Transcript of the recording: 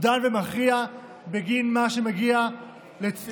הוא דן במה שמגיע לפתחו,